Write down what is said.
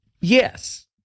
yes